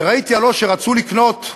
כי ראיתי הלוא שרצו לקנות,